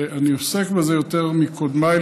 ואני עוסק בזה יותר מקודמי,